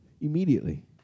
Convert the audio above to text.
Immediately